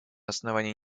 основании